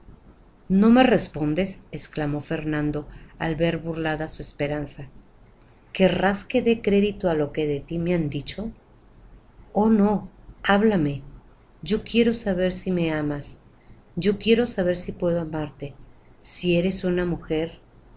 no me respondes exclamó fernando al ver burlada su esperanza querrás que dé crédito á lo que de tí me han dicho oh no háblame yo quiero saber si me amas yo quiero saber si puedo amarte si eres una mujer